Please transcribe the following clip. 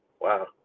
Wow